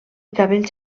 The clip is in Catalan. cabells